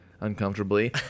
uncomfortably